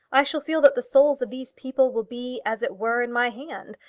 i shall feel that the souls of these people will be, as it were, in my hand,